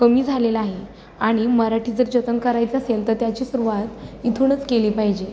कमी झालेला आहे आणि मराठी जर जतन करायचं असेल तर त्याची सुरुवात इथूनच केली पाहिजे